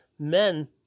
men